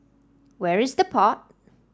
where is The Pod